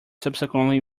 subsequently